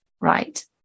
right